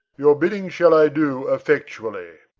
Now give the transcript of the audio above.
your bidding shall i do effectually.